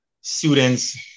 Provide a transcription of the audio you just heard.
students